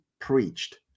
preached